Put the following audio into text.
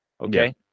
Okay